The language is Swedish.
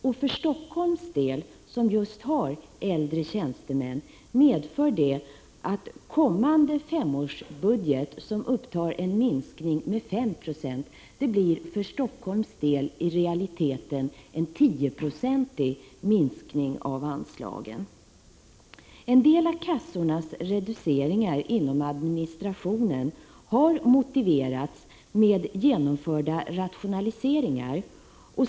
För Helsingforss del, som just har äldre tjänstemän, medför detta att en minskning med 5 96 i den kommande femårsbudgeten i realiteten blir en 10-procentig minskning av anslagen. En del av kassornas reduceringar inom administrationen har motiverats med genomförda rationaliseringar.